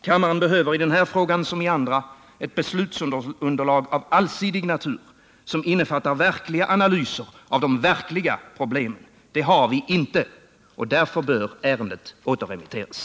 Kammaren behöver i den här frågan som i andra frågor ett beslutsunderlag av allsidig natur, som innefattar verkliga analyser av de verkliga problemen. Det har vi inte, och därför bör ärendet återremitteras.